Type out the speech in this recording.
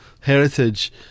heritage